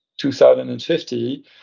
2050